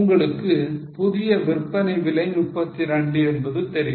உங்களுக்கு புதிய விற்பனை விலை 32 என்பது தெரியும்